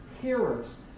Hearers